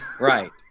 Right